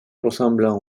ressemblant